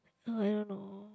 oh I don't know